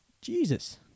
Jesus